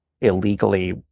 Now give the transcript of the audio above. illegally